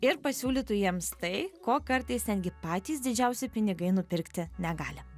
ir pasiūlytų jiems tai ko kartais netgi patys didžiausi pinigai nupirkti negali